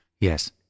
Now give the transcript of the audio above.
Yes